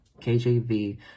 KJV